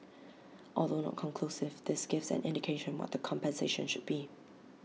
although not conclusive this gives an indication what the compensation should be